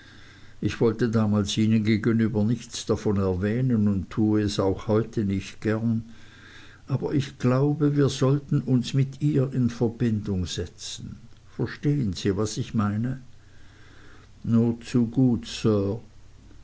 ich wollte damals ihnen gegenüber nichts davon erwähnen und tue es auch heute nicht gern aber ich glaube wir sollten uns mit ihr in verbindung setzen verstehen sie was ich meine nur zu gut